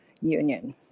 union